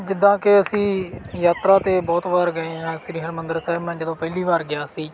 ਜਿੱਦਾਂ ਕਿ ਅਸੀਂ ਯਾਤਰਾ 'ਤੇ ਬਹੁਤ ਵਾਰ ਗਏ ਹਾਂ ਸ਼੍ਰੀ ਹਰਿਮੰਦਰ ਸਹਿਬ ਮੈਂ ਜਦੋਂ ਪਹਿਲੀ ਵਾਰ ਗਿਆ ਸੀ